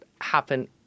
happen